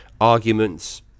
arguments